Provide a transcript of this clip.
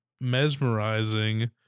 mesmerizing